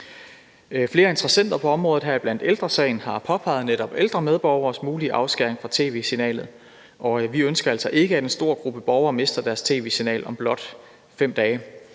Flere interessenter på området her, bl.a. Ældre Sagen, har påpeget netop ældre medborgeres mulige afskæring fra tv-signalet, og vi ønsker altså ikke, at en stor gruppe borgere mister deres tv-signal om blot 5 dage.